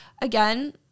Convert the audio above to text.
again